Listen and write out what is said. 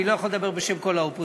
אני לא יכול לדבר בשם כל האופוזיציה.